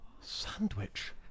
Sandwich